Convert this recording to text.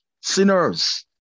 sinners